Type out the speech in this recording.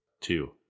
Two